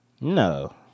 No